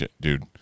dude